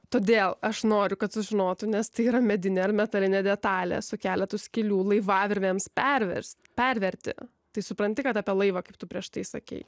todėl aš noriu kad sužinotų nes tai yra medinė ar metalinė detalė su keletu skylių laivavirvėms pervers perverti tai supranti kad apie laivą kaip tu prieš tai sakei